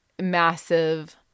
massive